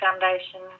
Foundation